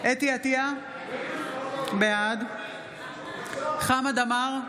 חוה אתי עטייה, בעד חמד עמאר,